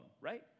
right